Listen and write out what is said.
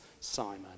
Simon